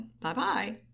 Bye-bye